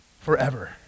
forever